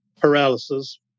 paralysis